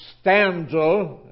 stanza